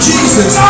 Jesus